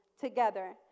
together